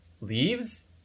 leaves